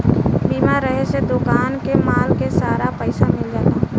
बीमा रहे से दोकान के माल के सारा पइसा मिल जाला